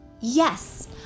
Yes